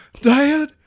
dad